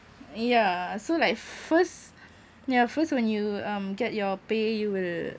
yeah so like first yeah first when you um get your pay you will